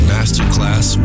Masterclass